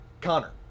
Connor